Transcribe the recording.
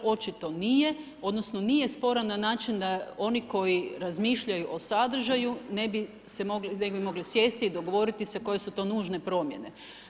Očito nije, odnosno nije sporan na način da oni koji razmišljaju o sadržaju ne bi mogli sjesti i dogovoriti se koje su to nužne promjene.